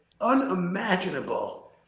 unimaginable